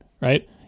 right